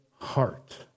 heart